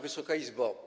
Wysoka Izbo!